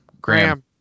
Graham